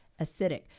acidic